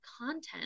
content